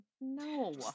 No